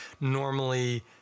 normally